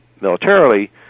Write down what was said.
militarily